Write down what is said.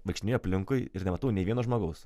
vaikštinėju aplinkui ir nematau nė vieno žmogaus